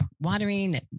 watering